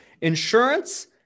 insurance